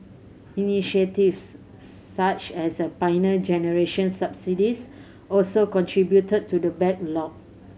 initiatives such as the Pioneer Generation subsidies also contributed to the backlog